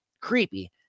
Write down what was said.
creepy